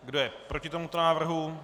Kdo je proti tomuto návrhu?